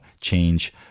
change